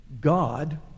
God